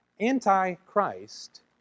antichrist